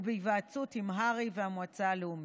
ובהיוועצות עם הר"י והמועצה הלאומית.